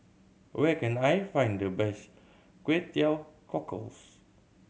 where can I find the best Kway Teow Cockles